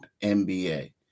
NBA